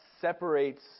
separates